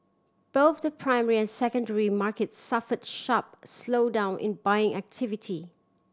both the primary and secondary markets suffered sharp slowdown in buying activity